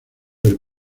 del